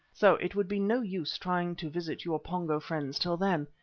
so it would be no use trying to visit your pongo friends till then,